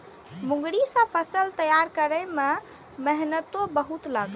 मूंगरी सं फसल तैयार करै मे मेहनतो बहुत लागै छै